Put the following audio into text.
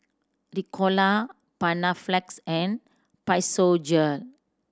Ricola Panaflex and Physiogel